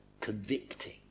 convicting